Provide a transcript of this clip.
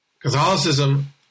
Catholicism